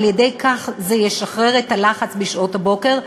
זה ישחרר את הלחץ בשעות הבוקר.